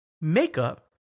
makeup